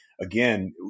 again